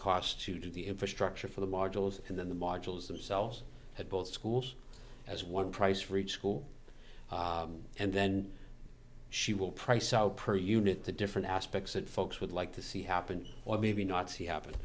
cost to do the infrastructure for the modules and then the modules themselves had both schools as one price for each school and then she will price out per unit the different aspects that folks would like to see happen or maybe not see happen